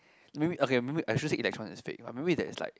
maybe okay maybe I shouldn't say electrons is fake maybe there's like